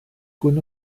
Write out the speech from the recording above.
gwn